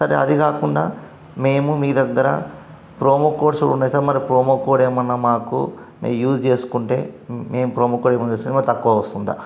sir అది కాకుండా మేము మీ దగ్గర ప్రోమో కోడ్స్ ఉన్నాయి సార్ మరి ప్రోమో కోడ్ ఏమన్నా మాకు మేము యూజ్ చేసుకుంటే మే ప్రోమో కోడ్ తక్కువ వస్తుందా